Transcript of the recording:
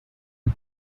but